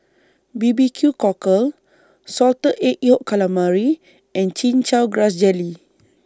B B Q Cockle Salted Egg Yolk Calamari and Chin Chow Grass Jelly